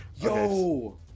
Yo